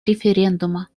референдума